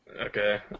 Okay